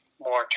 more